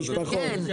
משפחות.